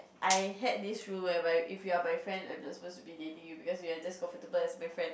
I had this rule whereby if you are my friend I am not supposed to be dating you because you are just comfortable as my friend